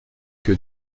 que